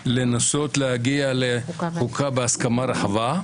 לנסות להגיע לחוקה בהסכמה רחבה,